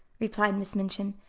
replied miss minchin.